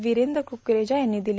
वीरेंद्र कुकरेजा यांवी दिले